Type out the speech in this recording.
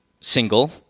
single